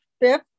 Fifth